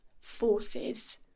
forces